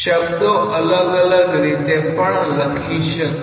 શબ્દો અલગ અલગ રીતે પણ લખી શકાય